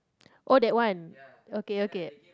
oh that one okay okay